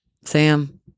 Sam